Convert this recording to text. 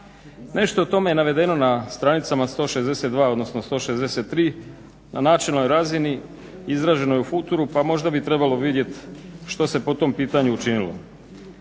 Nešto je o tome navedeno na stranicama od 162., odnosno od 163. na načelnoj razini izraženo je u futuru pa možda bi trebalo vidjeti što se po tom pitanju učinilo.